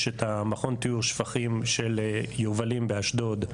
יש את מכון טיהור השפכים של יובלים באשדוד,